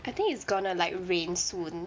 I think it's gonna like rain soon